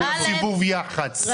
הוא סיבוב יח"צ,